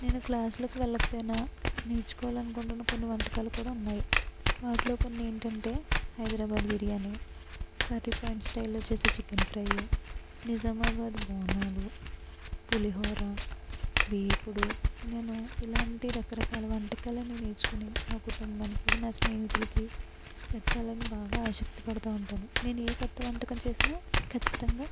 నేను క్లాసులకు వెళ్ళకపోయినా నేర్చుకోవాలనుకుంటున్న కొన్ని వంటకాలు కూడా ఉన్నాయి వాటిలో కొన్ని ఏంటంటే హైదరాబాదు బిర్యానీ కర్రి పాయింట్ స్టైల్లో చేసే చికెన్ ఫ్రై నిజామాబాదు బోనాలు పులిహోర వేపుడు నేను ఇలాంటి రకరకాల వంటకాలు నేర్చుకొని నా కుటుంబానికి నా స్నేహితులకి పెట్టాలని బాగా ఆశక్తి పడతూ ఉంటాను నేను ఏ కొత్త వంటకం చేసినా కచ్చితంగా